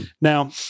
Now